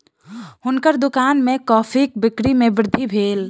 हुनकर दुकान में कॉफ़ीक बिक्री में वृद्धि भेल